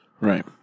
Right